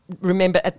Remember